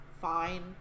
fine